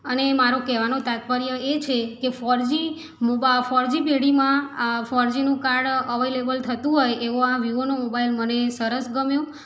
અને મારો કેવાનો તાત્પર્ય એ છે કે ફોર જી મોબા ફોર જી પેઢીમાં ફોર જીનું કાર્ડ અવેલેબલ થતું હોય એવો આ વિવોનો મોબાઈલ મને સરસ ગમ્યો